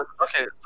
okay